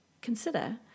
Consider